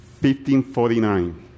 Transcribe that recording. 1549